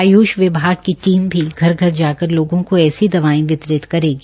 आयुष विभाग को टीम भी घर घर जाकर लोगों को ऐसी दवायें वितरित करेगी